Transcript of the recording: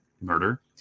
murder